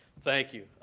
thank you.